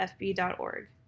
FB.org